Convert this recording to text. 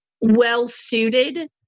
well-suited